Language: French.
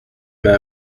main